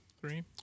Three